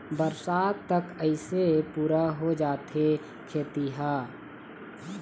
बरसात तक अइसे पुरा हो जाथे खेती ह